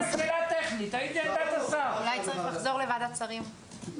שאלתי שאלה טכנית האם זאת עמדת השר?